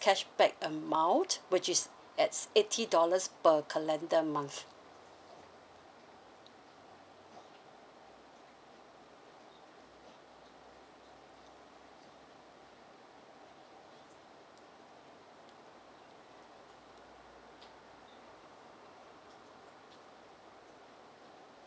cashback amount which is at eighty dollars per calendar month